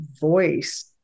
voice